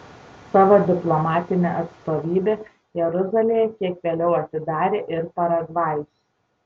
savo diplomatinę atstovybę jeruzalėje kiek vėliau atidarė ir paragvajus